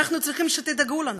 אנחנו צריכים שתדאגו לנו.